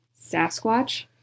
Sasquatch